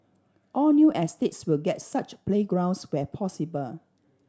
all new estates will get such playgrounds where possible